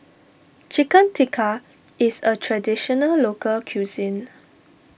Chicken Tikka is a Traditional Local Cuisine